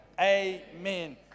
Amen